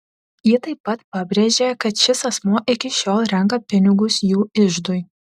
ji taip pat pabrėžė kad šis asmuo iki šiol renka pinigus jų iždui